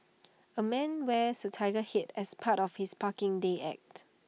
A man wears A Tiger Head as part of his parking day act